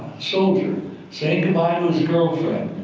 so saying goodbye to his girlfriend.